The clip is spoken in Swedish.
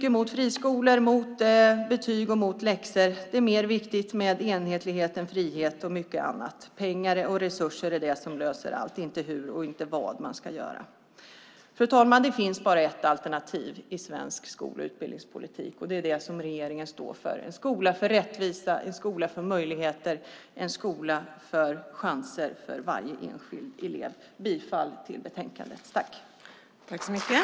Man är mot friskolor, mot betyg och mot läxor. Det är mer viktigt med enhetlighet än frihet och mycket annat. Pengar och resurser är det som löser allt, inte hur och vad man ska göra. Fru talman! Det finns bara ett alternativ i svensk skol och utbildningspolitik, och det är det som regeringen står för - en skola för rättvisa, en skola för möjligheter och en skola för chanser för varje enskild elev. Jag yrkar bifall till förslaget i utskottets betänkande.